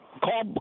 call